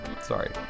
sorry